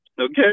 okay